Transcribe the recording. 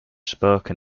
spoken